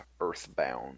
Earthbound